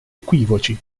equivoci